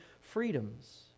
freedoms